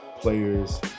players